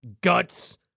guts